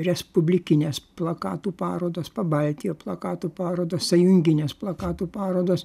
respublikinės plakatų parodos pabaltijo plakatų parodos sąjunginės plakatų parodos